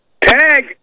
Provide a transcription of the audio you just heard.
Tag